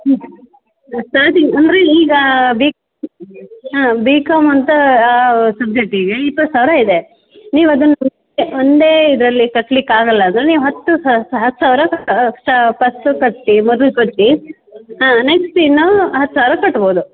starting ಅಂದರೆ ಈಗ B ಹಾಂ ಬಿ ಕಾಮ್ ಅಂಥ ಸಬ್ಜೆಕ್ಟಿಗೆ ಇಪ್ಪತ್ತು ಸಾವಿರ ಇದೆ ನೀವು ಅದನ್ನು ಒಂದೇ ಇದರಲ್ಲಿ ಕಟ್ಲಿಕ್ಕೆ ಆಗೋಲ್ಲ ಅಂದರೆ ನೀವು ಹತ್ತು ಹತ್ತು ಸಾವಿರ ಫಸ್ಟ್ ಕಟ್ಟಿ ಮೊದ್ಲು ಕಟ್ಟಿ ಹಾಂ ನೆಕ್ಸ್ಟ್ ಇನ್ನೂ ಹತ್ತು ಸಾವಿರ ಕಟ್ಬೋದು